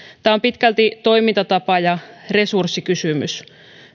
tämä on pitkälti toimintatapa ja resurssikysymys